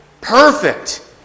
perfect